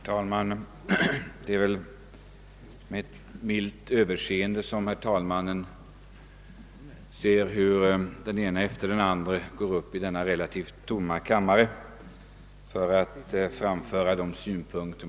Herr talman! Det är väl med ett milt överseende som herr talmannen ser hur den ene efter den andre går upp i talarstolen i denna relativt tomma kammare för att framföra sina synpunkter.